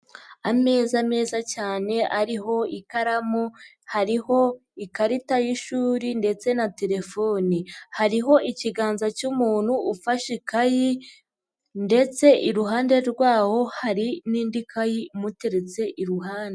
Ameza meza cyane ariho ikaramu hariho ikarita y'ishuri ndetse na telefoni. Hariho ikiganza cy'umuntu ufashe ikayi ndetse iruhande rwawo hari n'indi kayi imuteretse iruha.